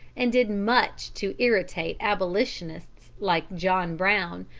and did much to irritate abolitionists like john brown,